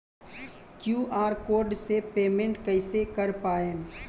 QR code से payment कईसे कर पाएम?